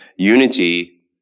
unity